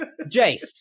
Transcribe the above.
Jace